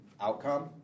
outcome